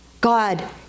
God